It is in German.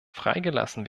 freigelassen